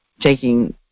Taking